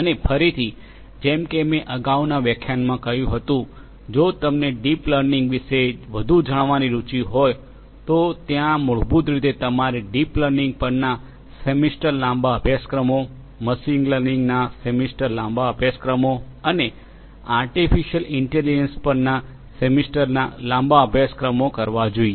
અને ફરીથી જેમ કે મેં અગાઉના વ્યાખ્યાનમાં કહ્યું હતું જો તમને ડીપ લર્નિંગ વિશે વધુ જાણવાની રુચિ હોય તો ત્યાં મૂળભૂત રીતે તમારે ડીપ લર્નિંગ પરના સેમેસ્ટર લાંબા અભ્યાસક્રમો મશીન લર્નિંગના સેમેસ્ટર લાંબા અભ્યાસક્રમો અને આર્ટીફિશિઅલ ઇન્ટેલિજન્સ પરના સેમેસ્ટર લાંબા અભ્યાસક્રમો કરવા જોઈએ